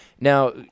now